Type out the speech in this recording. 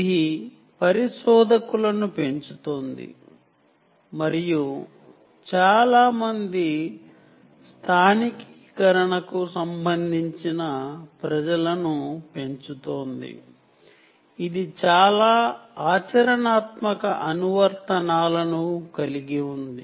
ఇది లోకలైజెషన్ కు సంబంధించిన అప్లికేషన్స్ కలిగిన పరిశోధకులను పెంచుతోంది